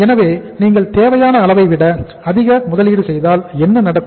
எனவே நீங்கள் தேவையான அளவை விட அதிக முதலீடு செய்தால் என்ன நடக்கும்